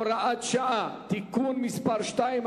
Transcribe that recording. הוראת שעה) (תיקון מס' 2),